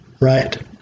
Right